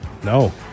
No